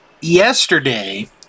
Yesterday